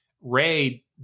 Ray